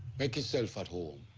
make yourself at home.